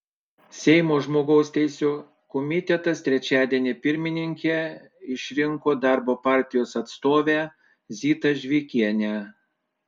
seimo žmogaus teisių komitetas trečiadienį pirmininke išrinko darbo partijos atstovę zitą žvikienę